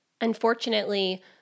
Unfortunately